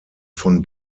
von